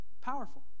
Powerful